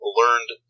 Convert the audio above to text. learned